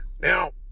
Now